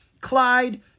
Clyde